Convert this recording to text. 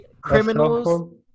Criminals